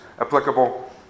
applicable